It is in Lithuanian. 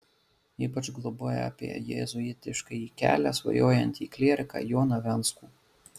ypač globoja apie jėzuitiškąjį kelią svajojantį klieriką joną venckų